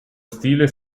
stile